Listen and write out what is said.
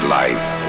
life